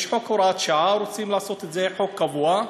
יש חוק הוראת שעה, רוצים לעשות את זה חוק קבוע.